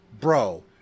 bro